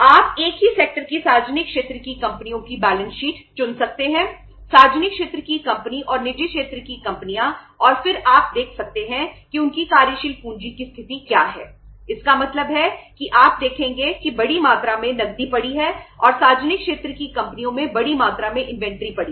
आप एक ही सेक्टर का जो स्तर यह बनाए रख रहे हैं उसकी लागत है